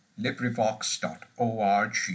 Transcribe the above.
LibriVox.org